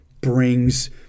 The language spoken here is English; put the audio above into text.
brings